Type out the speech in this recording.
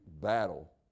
battle